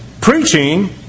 Preaching